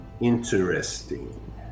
Interesting